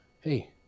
hey